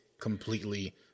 completely